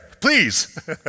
please